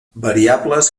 variables